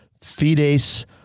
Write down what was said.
fides